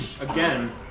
again